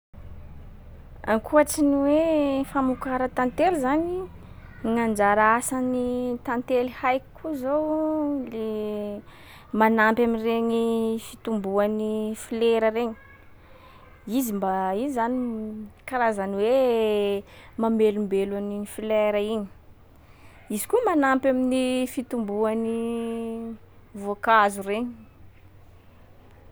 Ankoatsy ny hoe famokara tantely zany i, gn'anjara asan 地 y tantely haiko koa zao le manampy am 池 egny fitomboan 地 y folera regny. Izy mba- izy zany karazany hoe mamelombelo an 段 gny folera igny. Izy koa manampy amin'ny fitomboan 地 y voankazo regny.